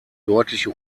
deutliche